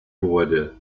wurde